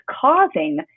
causing